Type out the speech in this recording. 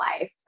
life